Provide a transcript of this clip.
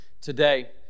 today